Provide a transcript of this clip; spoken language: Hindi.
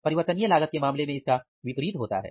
परिवर्तनीय लागत के मामले में इसके विपरीत होता है